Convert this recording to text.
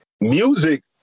music